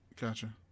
Gotcha